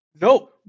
No